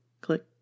click